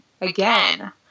again